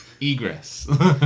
Egress